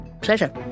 Pleasure